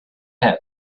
had